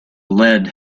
lead